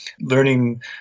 learning